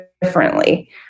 differently